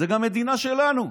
זו מדינה גם שלנו,